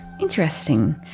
Interesting